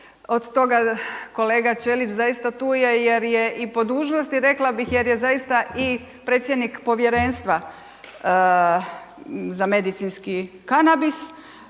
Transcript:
od toga kolega Ćelić zaista tu je jer je i po dužnosti rekla bih, jer je zaista i predsjednik povjerenstva za medicinski kanabis,